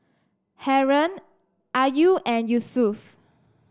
Haron Ayu and Yusuf